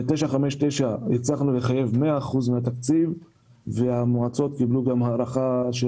ב-959 הצלחנו לחייב מאה אחוזים מהתקציב והמועצות קיבלו הארכה של